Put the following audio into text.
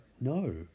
no